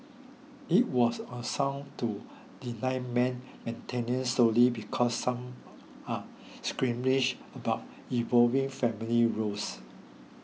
it was unsound to deny men maintenance solely because some are squeamish about evolving family roles